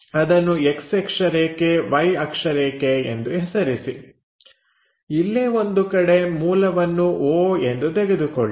ಅದನ್ನು X ಅಕ್ಷರೇಖೆ Y ಅಕ್ಷರೇಖೆ ಎಂದು ಹೆಸರಿಸಿ ಇಲ್ಲೇ ಒಂದು ಕಡೆ ಮೂಲವನ್ನು 0 ಎಂದು ತೆಗೆದುಕೊಳ್ಳಿ